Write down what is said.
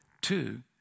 Two